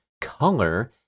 color